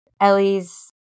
Ellie's